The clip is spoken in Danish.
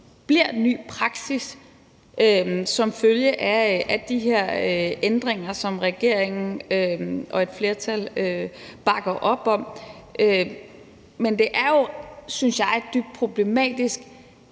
bliver ny praksis som følge af de her ændringer, som regeringen og et flertal bakker op om, men det er jo, synes jeg, dybt problematisk,